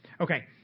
Okay